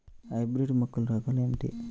Hybrid మొక్కల రకాలు ఏమిటీ?